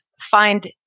find